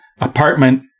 apartment